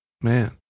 Man